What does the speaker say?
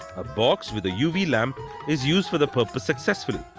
a box with a uv lamp is used for the purpose successfully.